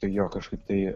tai jo kažkaip tai